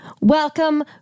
welcome